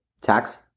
tax